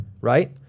right